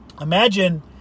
Imagine